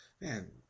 man